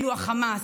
אלו החמאס,